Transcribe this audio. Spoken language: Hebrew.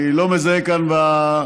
אני לא מזהה כאן במשכן,